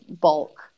bulk